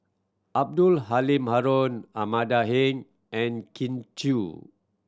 Abdul Halim Haron Amanda Heng and Kin Chui